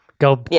go